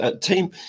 team